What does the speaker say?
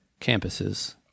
campuses